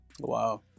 Wow